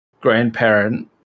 grandparent